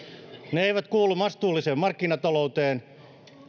ne eivät kuulu vastuulliseen markkinatalouteen